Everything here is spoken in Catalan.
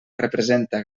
representa